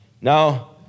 Now